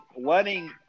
letting